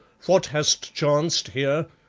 what hast chanced here?